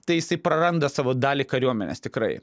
tai isai praranda savo dalį kariuomenės tikrai